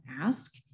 ask